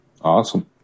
awesome